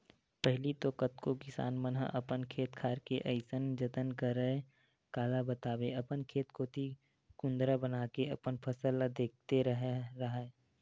पहिली तो कतको किसान मन ह अपन खेत खार के अइसन जतन करय काला बताबे अपन खेत कोती कुदंरा बनाके अपन फसल ल देखत रेहे राहय